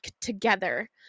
together